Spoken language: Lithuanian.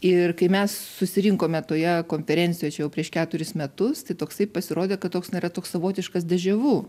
ir kai mes susirinkome toje konferencijoj čia jau prieš keturis metus tai toksai pasirodė kad toks na yra toks savotiškas dežavu